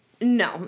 No